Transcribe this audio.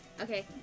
Okay